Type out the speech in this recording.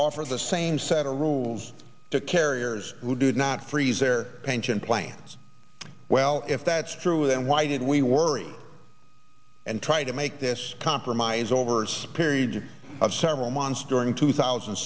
offer the same set of rules to carriers who did not freeze their pension plans well if that's true then why did we worry and try to make this compromise overs period of several months during two thousand